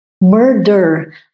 murder